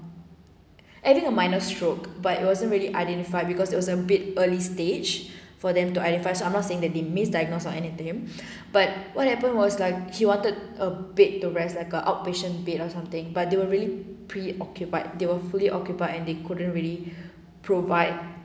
having a minor stroke but it wasn't really identified because there was a bit early stage for them to identify so I'm not saying that they misdiagnosed or anything but what happened was like he wanted a bit to rest like a outpatient bed or something but they were really preoccupied they were fully occupied and they couldn't really provide